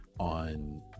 On